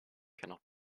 cannot